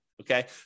okay